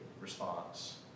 response